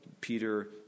Peter